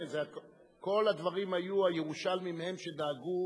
כל הדברים היו, הירושלמים הם שדאגו